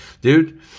Dude